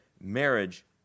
marriage